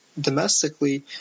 domestically